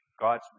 God's